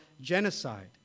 genocide